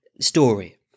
story